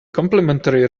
complimentary